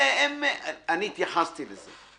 אני התייחסתי לזה.